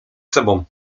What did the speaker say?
sobą